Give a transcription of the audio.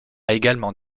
également